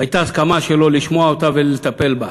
הייתה הסכמה שלו לשמוע אותה ולטפל בה.